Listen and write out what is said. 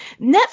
Netflix